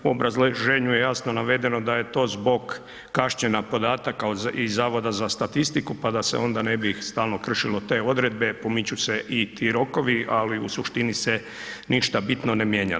U obrazloženju je jasno navedeno da je to zbog kašnjenja podataka iz Zavoda za statistiku, pa da se onda ne bi stalno kršilo te odredbe, pomiču se i ti rokovi, ali u suštini se ništa bitno ne mijenja.